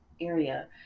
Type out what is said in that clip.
area